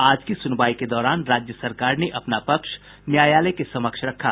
आज की सुनवाई के दौरान राज्य सरकार ने अपना पक्ष न्यायालय के समक्ष रखा